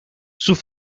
sus